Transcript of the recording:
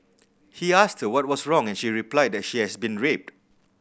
he asked what was wrong and she replied that she had been raped